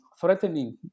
threatening